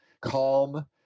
calm